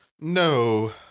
No